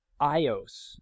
iOS